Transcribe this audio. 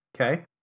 Okay